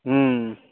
हूँ